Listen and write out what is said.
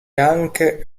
anche